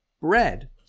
bread